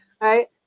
right